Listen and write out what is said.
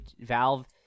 Valve